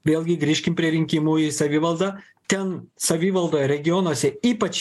vėlgi grįžkim prie rinkimų į savivaldą ten savivaldoj regionuose ypač